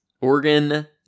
organ